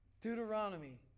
Deuteronomy